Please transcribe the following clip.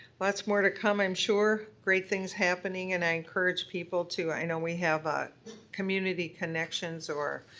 lots more to come i'm sure. great things happening and i encourage people to, i know we have ah community connections or